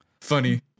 funny